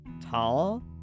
Tall